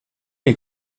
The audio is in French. les